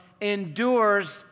endures